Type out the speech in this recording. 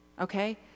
okay